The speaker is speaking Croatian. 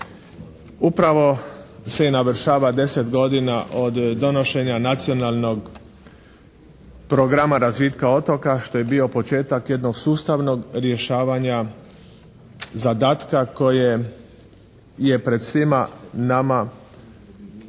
Upravo se i navršava 10 godina od donošenja Nacionalnog programa razvitka otoka što je bio početak jednog sustavnog rješavanja zadatka koji je pred svima nama i